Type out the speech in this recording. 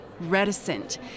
reticent